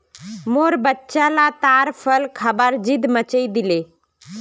मोर बच्चा ला ताड़ फल खबार ज़िद मचइ दिले